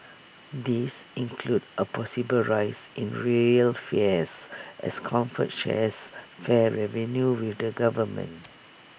these include A possible rise in rail fares as comfort shares fare revenue with the government